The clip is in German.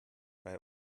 bei